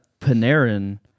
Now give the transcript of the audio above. Panarin